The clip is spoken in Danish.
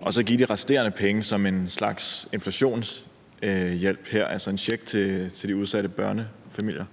og så give de resterende penge som en slags inflationshjælp, altså en check til de udsatte børnefamilier?